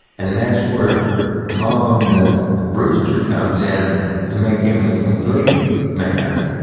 and that's where maud brewster comes in to make him the complete man.